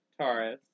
Taurus